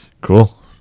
cool